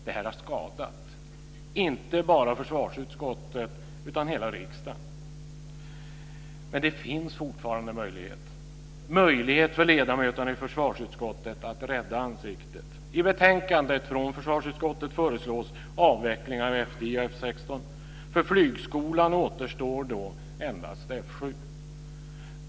Det här har skadat inte bara försvarsutskottet utan hela riksdagen. Men det finns fortfarande möjlighet för ledamöterna i försvarsutskottet att rädda ansiktet. I betänkandet från försvarsutskottet föreslås avveckling av F 10 och F 16. För flygskolan återstår då endast F 7.